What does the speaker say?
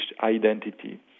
identity